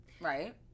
Right